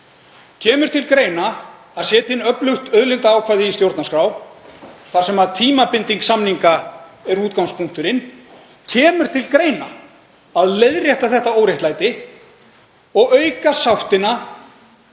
Kemur til greina að setja inn öflugt auðlindaákvæði í stjórnarskrá þar sem tímabinding samninga er útgangspunkturinn? Kemur til greina að leiðrétta þetta óréttlæti og auka sáttina